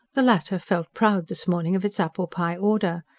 the latter felt proud this morning of its apple-pie order.